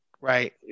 Right